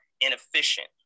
inefficient